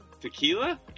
tequila